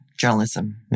journalism